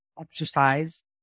Exercise